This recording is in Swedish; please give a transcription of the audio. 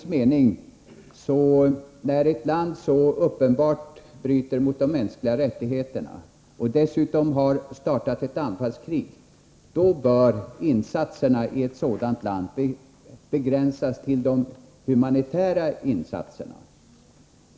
När ett land så uppenbart bryter mot de mänskliga rättigheterna och dessutom har startat ett anfallskrig, bör enligt min och folkpartiets mening insatserna i ett sådant land begränsas till de humanitära insatserna.